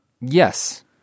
Yes